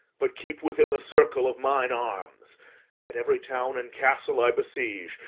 but keep within the circle of mine arms at every town and castle i besiege,